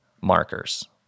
markers